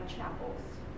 chapels